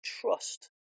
trust